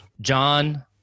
John